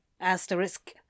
Asterisk